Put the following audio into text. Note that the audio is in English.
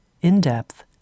in-depth